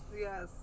Yes